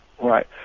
Right